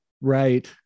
right